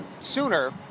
Sooner